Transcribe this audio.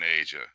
Asia